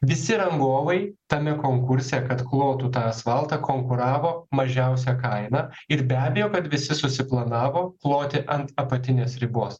visi rangovai tame konkurse kad klotų tą asfaltą konkuravo mažiausia kaina ir be abejo kad visi susiplanavo kloti ant apatinės ribos